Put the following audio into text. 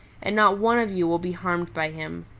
and not one of you will be harmed by him.